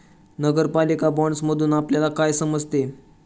नगरपालिका बाँडसमधुन आपल्याला काय समजते?